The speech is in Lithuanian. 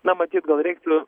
na matyt gal reiktų